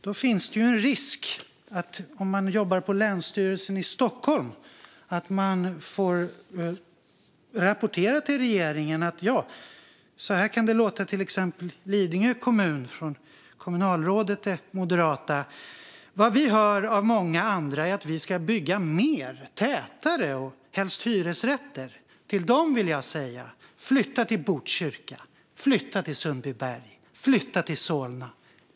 Det finns en risk att den som jobbar på Länsstyrelsen i Stockholm får rapportera något i stil med följande, som kommer från Lidingö kommuns moderata kommunalråd, till regeringen: Vad vi hör av många andra är att vi ska bygga mer, tätare och helst hyresrätter. Till dem vill jag säga: Flytta till Botkyrka! Flytta till Sundbyberg! Flytta till Solna!